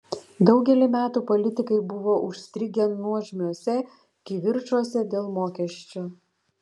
daugelį metų politikai buvo užstrigę nuožmiuose kivirčuose dėl mokesčių